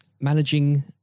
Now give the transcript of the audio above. managing